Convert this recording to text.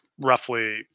roughly